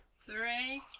Three